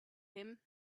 him